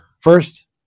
first